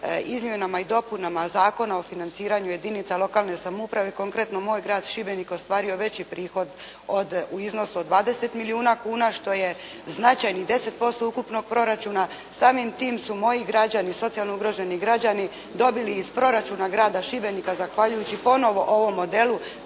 izmjenama i dopunama Zakona o financiranju jedinica lokalne samouprave konkretno moj grad Šibenik ostvario veći prihod od u iznosu od 20 milijuna kuna što je značajnih 10% ukupnog proračuna. Samim time su moji građani socijalno ugroženi građani dobili iz proračuna grada Šibenika zahvaljujući ponovo ovom modelu